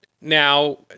now